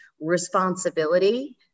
responsibility